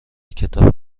کتاب